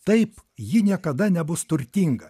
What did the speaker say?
taip ji niekada nebus turtinga